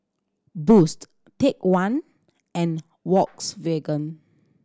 Boost Take One and Volkswagen